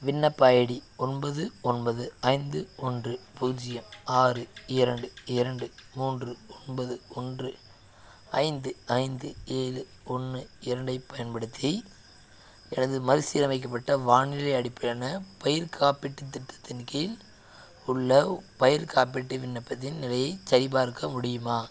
விண்ணப்ப ஐடி ஒன்பது ஒன்பது ஐந்து ஒன்று பூஜ்ஜியம் ஆறு இரண்டு இரண்டு மூன்று ஒன்பது ஒன்று ஐந்து ஐந்து ஏழு ஒன்று இரண்டைப் பயன்படுத்தி எனது மறுசீரமைக்கப்பட்ட வானிலை அடிப்படையான பயிர் காப்பீட்டுத் திட்டத்தின் கீழ் உள்ள பயிர்க் காப்பீட்டு விண்ணப்பத்தின் நிலையைச் சரிபார்க்க முடியுமா